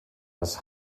das